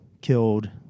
killed